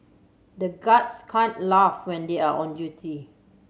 the guards can't laugh when they are on duty